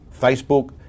Facebook